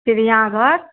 चिड़ियाघर